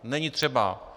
Není třeba.